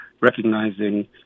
recognizing